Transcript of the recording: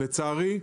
לצערי,